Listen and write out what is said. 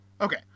Okay